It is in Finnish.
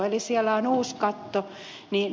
eli siellä on uusi katto